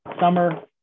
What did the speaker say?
summer